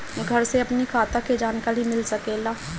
घर से अपनी खाता के जानकारी मिल सकेला?